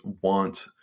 want